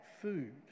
food